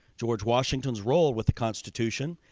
george washington's role with the constitution,